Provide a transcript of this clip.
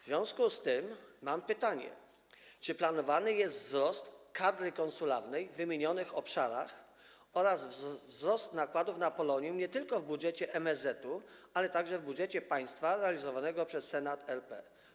W związku z tym mam pytanie: Czy planowany jest wzrost liczby kadry konsularnej w wymienionych obszarach oraz wzrost nakładów na Polonię nie tylko w budżecie MSZ, ale także w budżecie państwa realizowanym przez Senat RP?